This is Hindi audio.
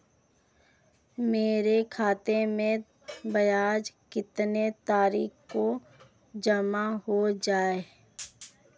मेरे खाते में ब्याज कितनी तारीख को जमा हो जाता है?